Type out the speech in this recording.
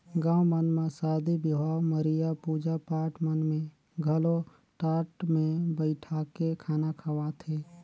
गाँव मन म सादी बिहाव, मरिया, पूजा पाठ मन में घलो टाट मे बइठाके खाना खवाथे